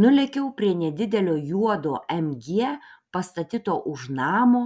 nulėkiau prie nedidelio juodo mg pastatyto už namo